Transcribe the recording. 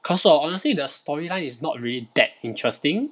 可是 hor honestly the storyline is not really that interesting